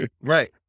Right